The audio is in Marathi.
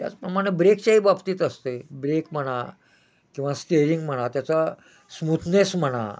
त्याचप्रमाणे ब्रेकच्याही बाबतीत असतंय ब्रेक म्हणा किंवा स्टेअरिंग म्हणा त्याचा स्मूथनेस म्हणा